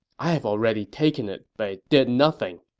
i have already taken it, but did nothing.